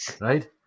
right